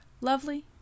lovely